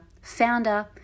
Founder